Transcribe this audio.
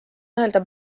öelda